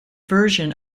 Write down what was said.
version